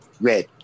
Red